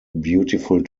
beautiful